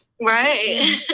Right